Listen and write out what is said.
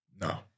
No